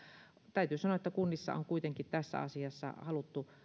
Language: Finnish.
täytyy sanoa että kunnissa on kuitenkin tässä asiassa haluttu